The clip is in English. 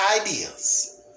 ideas